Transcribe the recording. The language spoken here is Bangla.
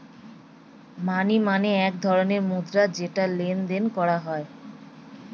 মানি মানে এক ধরণের মুদ্রা যেটা লেনদেন করা হয়